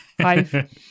five